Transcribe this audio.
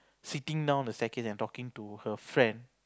sitting down the staircase and talking to her friend